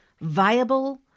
viable